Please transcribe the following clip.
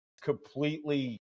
completely